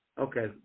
Okay